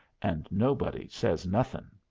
and nobody says nothing.